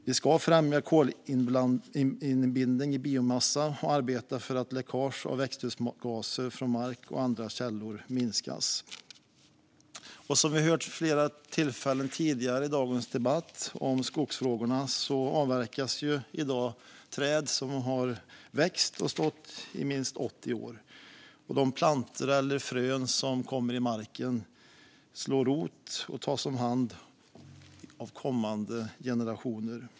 Vi ska främja kolinbindning i biomassa och arbeta för att läckage av växthusgaser från mark och andra källor minskas. Som vi har hört vid flera tillfällen tidigare i dagens debatt om skogsfrågorna avverkas i dag träd som har växt och stått i minst 80 år. De plantor eller frön som kommer i marken och slår rot tas om hand av kommande generationer.